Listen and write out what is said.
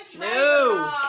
No